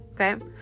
okay